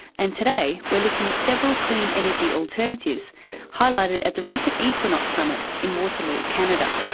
and today we're looking at several clean energy alternatives highlighted at the recent equinox summit in waterloo, canada.